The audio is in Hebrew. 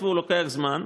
היות שהוא לוקח זמן,